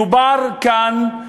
מדובר כאן,